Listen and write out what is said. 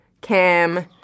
Cam